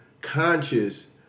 conscious